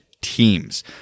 teams